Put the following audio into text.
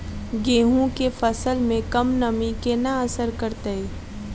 गेंहूँ केँ फसल मे कम नमी केना असर करतै?